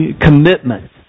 commitment